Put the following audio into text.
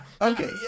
Okay